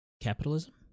capitalism